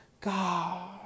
God